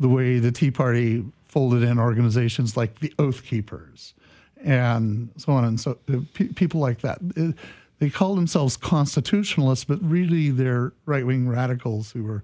the way the tea party folded in organizations like the oath keepers and so on and so people like that they call themselves constitutionalists but really they're right wing radicals who were